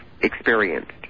experienced